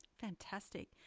Fantastic